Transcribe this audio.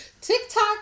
TikTok